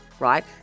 right